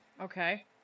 Okay